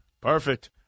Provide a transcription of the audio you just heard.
Perfect